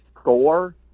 score